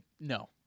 No